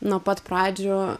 nuo pat pradžių